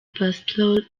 pastole